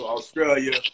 Australia